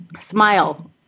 smile